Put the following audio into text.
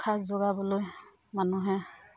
যোগাবলৈ মানুহে